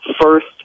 first